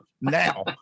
now